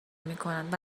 میکنند